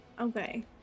Okay